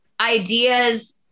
ideas